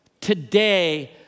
today